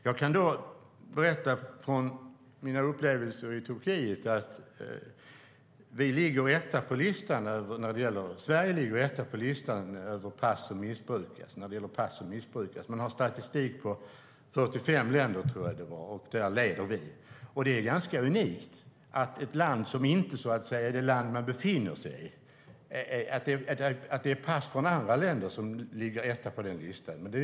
Jag kan berätta utifrån mina upplevelser i Turkiet att Sverige ligger etta på listan när det gäller pass som missbrukas. Man har statistik för 45 länder, tror jag det var, och där leder vi. Det är ganska unikt att det är pass från andra länder än det land man befinner sig i som ligger etta på en sådan lista.